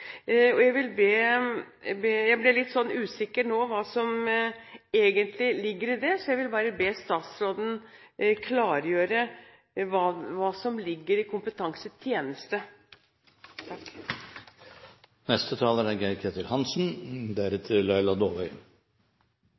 har jeg hørt at det har vært snakk om et kompetansesenter. Jeg ble nå litt usikker på hva som egentlig ligger i det, så jeg vil bare be statsråden klargjøre hva som ligger i